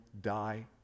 die